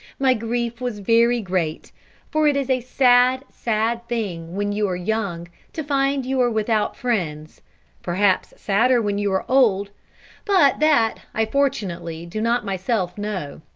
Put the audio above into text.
my grief was very great for it is a sad, sad thing when you are young to find you are without friends perhaps sadder when you are old but that, i fortunately do not myself know,